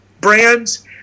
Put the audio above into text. brands